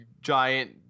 giant